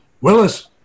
Willis